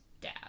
dad